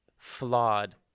flawed